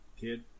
kid